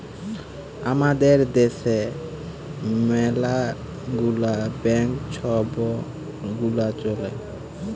আমাদের দ্যাশে ম্যালা গুলা ব্যাংক ছব গুলা চ্যলে